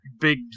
big